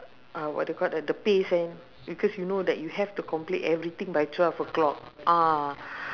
uh what do you call that the pace eh because you know that you have complete everything by twelve o'clock ah